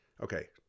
okay